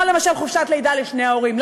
למשל חופשת לידה לשני ההורים.